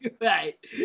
Right